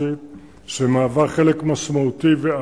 לוחם מהעדה הדרוזית,